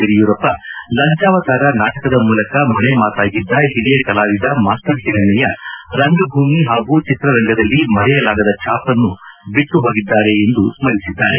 ಯಡಿಯೂರಪ್ಪ ಲಂಚಾವತಾರ ನಾಟಕದ ಮೂಲಕ ಮನೆ ಮಾತಾಗಿದ್ದ ಹಿರಿಯ ಕಲಾವಿದ ಮಾಸ್ಟರ್ ಹಿರಣ್ಣಯ್ಯ ರಂಗಭೂಮಿ ಹಾಗೂ ಚಿತ್ರರಂಗದಲ್ಲಿ ಮರೆಯಲಾಗದ ಛಾಪನ್ನು ಬಿಟ್ಟುಹೋಗಿದ್ದಾರೆ ಎಂದು ಸ್ಥರಿಸಿದ್ದಾರೆ